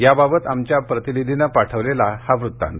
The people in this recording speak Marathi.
याबाबत आमच्या प्रतिनिधीनं पाठवलेला हा वृत्तांत